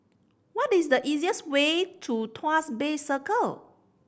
what is the easiest way to Tuas Bay Circle